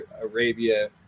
Arabia